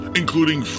including